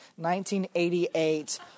1988